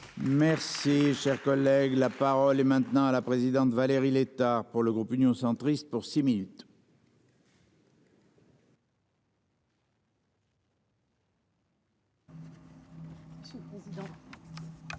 Merci cher collègue là. La parole est maintenant à la présidente Valérie Létard pour le groupe Union centriste pour six minutes.